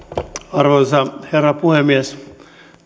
arvoisa herra puhemies